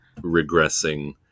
regressing